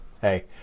Hey